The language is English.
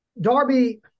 Darby